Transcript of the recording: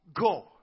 go